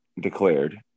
declared